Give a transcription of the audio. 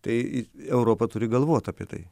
tai europa turi galvot apie tai